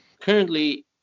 currently